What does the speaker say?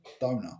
donor